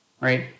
right